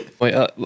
Wait